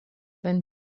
wenn